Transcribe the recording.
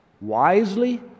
wisely